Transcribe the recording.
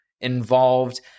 involved